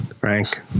Frank